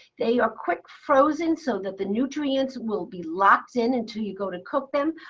they are quick frozen so that the nutrients will be locked in until you go to cook them.